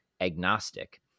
agnostic